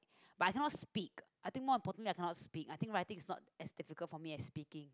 but cannot speak I think more importantly I cannot speak I think writing is not as difficult for me as speaking